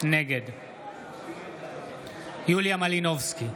נגד יוליה מלינובסקי,